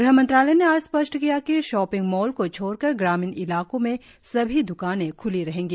गृह मंत्रालय ने आज स्पष्ट किया कि शॉपिंग मॉल को छोड़कर ग्रामीण इलाकों में सभी द्कानें ख्ली रहेंगी